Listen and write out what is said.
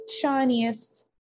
shiniest